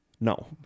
No